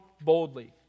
boldly